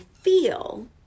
feel